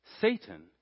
Satan